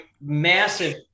massive